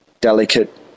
delicate